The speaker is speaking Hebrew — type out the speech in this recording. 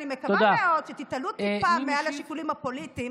אני מקווה מאוד שתתעלו טיפה מעל השיקולים הפוליטיים